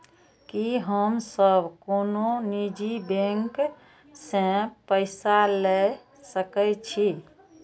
की हम सब कोनो निजी बैंक से पैसा ले सके छी?